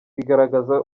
bigaragaza